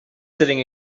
sitting